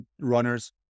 runners